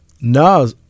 No